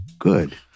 Good